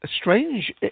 strange